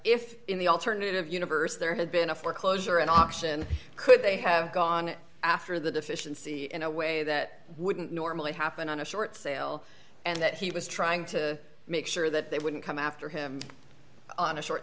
if in the alternative universe there had been a foreclosure or an auction could they have gone after the deficiency in a way that wouldn't normally happen on a short sale and that he was trying to make sure that they wouldn't come after him on a short